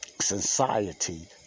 society